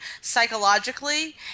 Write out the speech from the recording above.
psychologically